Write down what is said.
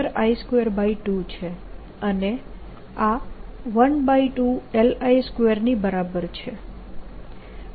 અને આ 12LI2 ની બરાબર છે